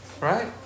Right